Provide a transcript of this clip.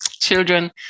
children